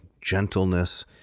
gentleness